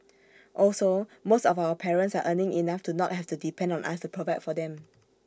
also most of our parents are earning enough to not have to depend on us to provide for them